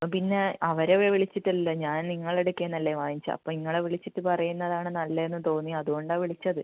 അപ്പം പിന്നെ അവരെ വിളിച്ചിട്ടില്ലല്ലോ ഞാൻ നിങ്ങളടുക്കൽ നിന്നല്ലെ വാങ്ങിച്ചത് അപ്പോൾ നിങ്ങളെ വിളിച്ചിട്ട് പറയുന്നതാണ് നല്ലതെന്ന് തോന്നി അതുകൊണ്ടാണ് വിളിച്ചത്